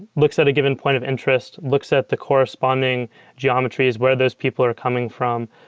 looks at a given point of interest, looks at the corresponding geometries, where those people are coming from.